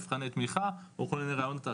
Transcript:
מבחני תמיכה או כל מיני רעיונות אחרים.